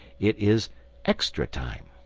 it is extra time.